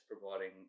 providing